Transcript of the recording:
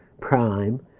prime